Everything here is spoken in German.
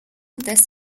des